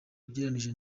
ugereranije